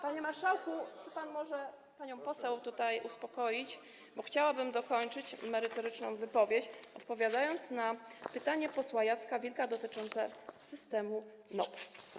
Panie marszałku, czy może pan uspokoić panią poseł, bo chciałabym dokończyć merytoryczną wypowiedź, odpowiadając na pytanie posła Jacka Wilka dotyczące systemu NOP.